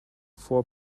four